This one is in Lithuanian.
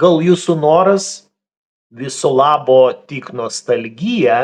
gal jūsų noras viso labo tik nostalgija